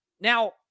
Now